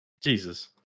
Jesus